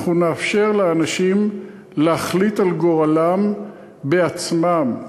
אנחנו נאפשר לאנשים להחליט על גורלם בעצמם.